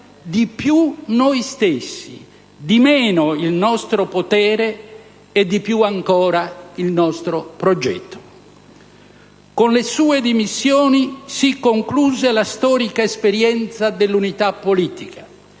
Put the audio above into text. di più noi stessi, di meno il nostro potere e di più ancora il nostro progetto». Con le sue dimissioni si concluse la storica esperienza dell'unità politica